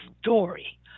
story